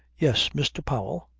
yes, mr. powell,